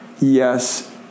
yes